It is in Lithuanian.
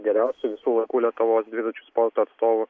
geriausių visų laikų lietuvos dviračių sporto atstovų